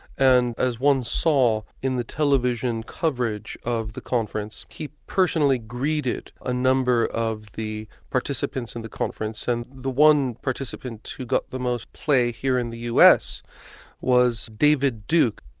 and as one saw in the television coverage of the conference, he personally greeted a number of the participants in the conference, and the one participant who got the most play here in the us was david duke.